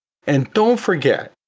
and don't forget,